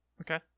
Okay